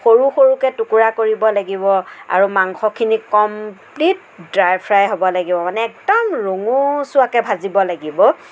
সৰু সৰুকে টুকুৰা কৰিব লাগিব আৰু মাংসখিনি কমপ্লিট ড্ৰাই ফ্ৰাই হ'ব লাগিব মানে একদম ৰঙচুৱাকৈ ভাজিব লাগিব